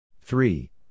Three